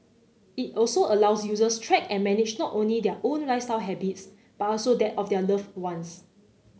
it also allows users track and manage not only their own lifestyle habits but also that of their love ones